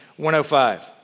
105